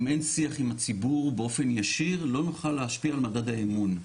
אם אין שיח עם הציבור באופן ישיר לא נוכל להשפיע על מדד האמון.